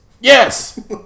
yes